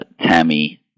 Tammy